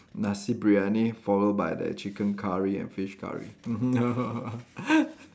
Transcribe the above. nasi-biryani followed by the chicken curry and fish curry mmhmm